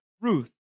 Ruth